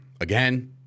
Again